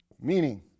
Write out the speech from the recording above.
Meaning